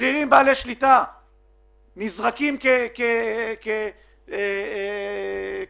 שכירים בעלי שליטה נזרקים כמו כלום